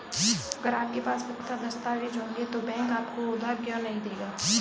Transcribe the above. अगर आपके पास पुख्ता दस्तावेज़ होंगे तो बैंक आपको उधार क्यों नहीं देगा?